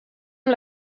amb